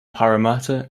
parramatta